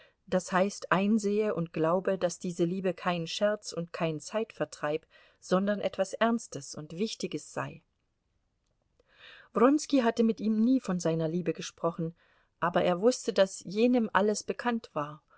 das heißt einsehe und glaube daß diese liebe kein scherz und kein zeitvertreib sondern etwas ernstes und wichtiges sei wronski hatte mit ihm nie von seiner liebe gesprochen aber er wußte daß jenem alles bekannt war